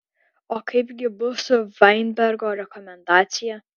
o kaip gi bus su vainbergo rekomendacija